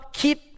keep